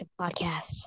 podcast